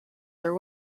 their